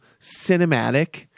cinematic